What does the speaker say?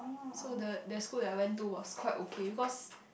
so the the school that I went to was quite okay because